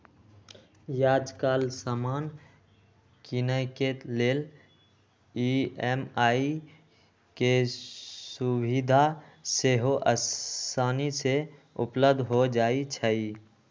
याजकाल समान किनेके लेल ई.एम.आई के सुभिधा सेहो असानी से उपलब्ध हो जाइ छइ